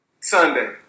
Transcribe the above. Sunday